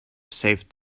saved